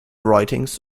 writings